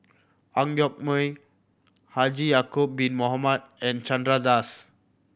Ang Yoke Mooi Haji Ya'acob Bin Mohamed and Chandra Das